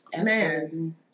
Man